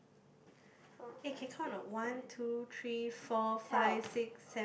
four five six seven twelve